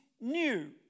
new